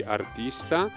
artista